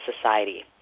Society